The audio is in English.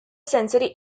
sensory